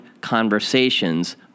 conversations